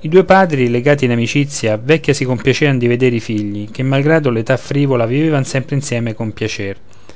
i due padri legati in amicizia vecchia si compiacevan di veder i figli che malgrado l'età frivola vivevan sempre insieme con piacer